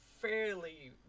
fairly